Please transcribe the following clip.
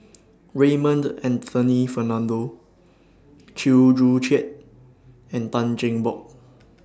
Raymond Anthony Fernando Chew Joo Chiat and Tan Cheng Bock